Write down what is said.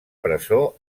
presó